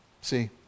See